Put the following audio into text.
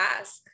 ask